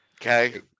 Okay